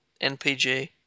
NPG